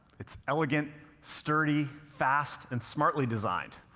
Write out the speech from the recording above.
it's elegant, sturdy, fast, and smartly designed.